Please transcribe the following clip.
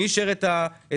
מי אישר את הכספים,